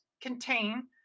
contain